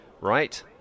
right